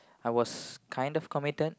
I was kind of committed